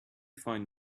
find